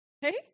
Hey